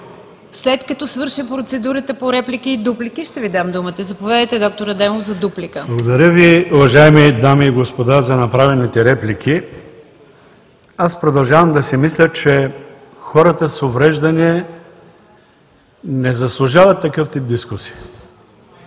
След като свърши процедурата по реплики и дуплики, ще Ви дам думата. Заповядайте, д-р Адемов, за дуплика. ХАСАН АДЕМОВ (ДПС): Благодаря Ви, уважаеми дами и господа, за направените реплики! Продължавам да си мисля, че хората с увреждания не заслужават такъв тип дискусия.